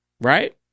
right